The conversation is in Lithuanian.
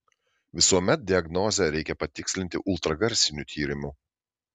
visuomet diagnozę reikia patikslinti ultragarsiniu tyrimu